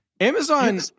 Amazon